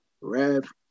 Rev